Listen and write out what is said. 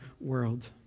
world